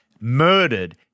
murdered